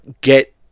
get